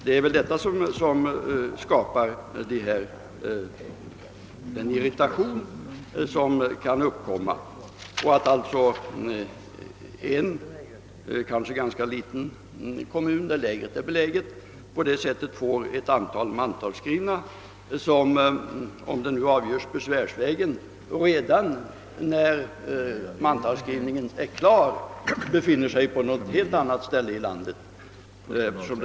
Det är väl detta som skapar den irritation som kan förekomma. Om lägret ligger i en kanske ganska liten kommun och hemortskommunen besvärsvägen söker få ett antal personer i lägret mantalsskrivna i lägerkommunen, kan det inträffa att dessa när frågan blivit avgjord till hemortskommunens förmån redan har flyttat till någon annan del av landet.